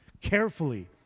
Carefully